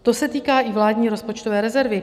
To se týká i vládní rozpočtové rezervy.